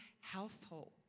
household